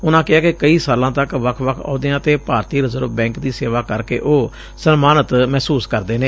ਉਨਾਂ ਕਿਹਾ ਕਿ ਕਈ ਸਾਲਾਂ ਤੱਕ ਵੱਖ ਵੱਖ ਅਹਦਿਆਂ ਤੇ ਭਾਰਤੀ ਰਿਜ਼ਰਵ ਬੈਕ ਦੀ ਸੇਵਾ ਕਰਕੇ ਉਹ ਸਨਮਾਨਿਤ ਮਹਿਸੁਸ ਕਰਦੇ ਨੇ